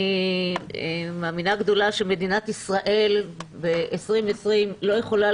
אני מאמינה גדולה שמדינת ישראל ב-2020 לא יכולה